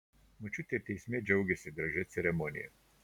močiutė ir teisme džiaugėsi gražia ceremonija